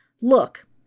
Look